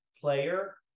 player